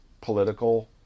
political